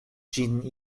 ĝin